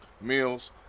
meals